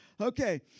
Okay